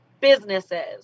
businesses